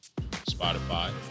spotify